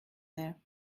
there